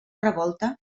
revolta